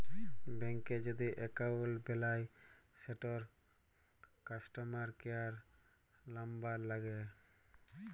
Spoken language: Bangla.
ব্যাংকে যদি এক্কাউল্ট বেলায় সেটর কাস্টমার কেয়ার লামবার ল্যাগে